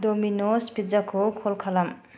Domino's pizza कल खालाम